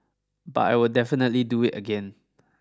but I would definitely do it again